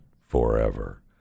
forever